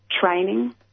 training